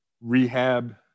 rehab